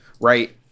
right